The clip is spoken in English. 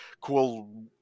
cool